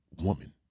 woman